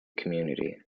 community